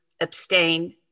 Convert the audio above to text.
abstain